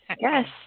Yes